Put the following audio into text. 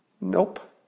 Nope